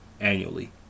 annually